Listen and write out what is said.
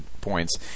points